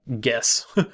guess